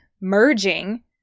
merging